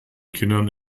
kindern